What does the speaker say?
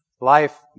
Life